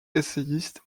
essayiste